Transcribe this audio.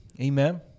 Amen